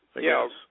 Yes